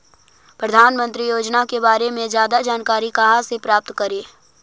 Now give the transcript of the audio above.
प्रधानमंत्री योजना के बारे में जादा जानकारी कहा से प्राप्त करे?